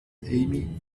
amy